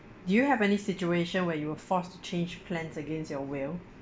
do you have any situation where you were forced to change plans against your will